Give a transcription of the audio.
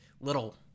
Little